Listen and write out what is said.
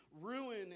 ruin